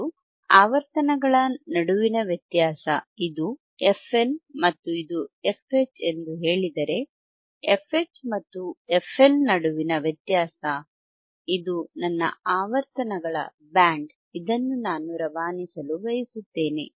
ಮತ್ತು ಆವರ್ತನಗಳ ನಡುವಿನ ವ್ಯತ್ಯಾಸ ಇದು fL ಮತ್ತು ಇದು fH ಎಂದು ಹೇಳಿದರೆ fH ಮತ್ತು fL ನಡುವಿನ ವ್ಯತ್ಯಾಸ ಇದು ನನ್ನ ಆವರ್ತನಗಳ ಬ್ಯಾಂಡ್ಇದನ್ನು ನಾನು ರವಾನಿಸಲು ಬಯಸುತ್ತೇನೆ